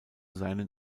seinen